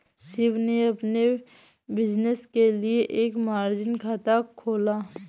शिव ने अपने बिज़नेस के लिए एक मार्जिन खाता खोला